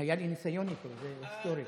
היה לי ניסיון איתו, זה היסטורי.